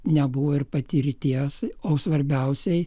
nebuvo ir patirties o svarbiausiai